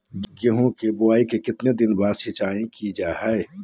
गेंहू की बोआई के कितने दिन बाद सिंचाई किया जाता है?